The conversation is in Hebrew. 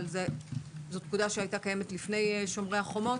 אבל זאת פקודה שהייתה קיימת לפני "שומר החומות".